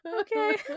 Okay